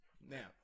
Now